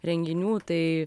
renginių tai